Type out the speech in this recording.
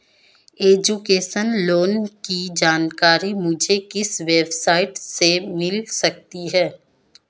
Education loan की जानकारी मुझे किस वेबसाइट से मिल सकती है?